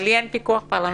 אבל לי אין פיקוח פרלמנטרי.